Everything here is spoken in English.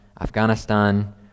Afghanistan